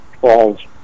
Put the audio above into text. Falls